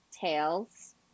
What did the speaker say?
tails